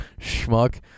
schmuck